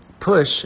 push